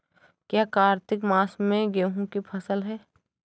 क्या कार्तिक मास में गेहु की फ़सल है?